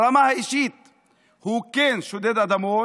ברמה האישית הוא, כן, שודד אדמות,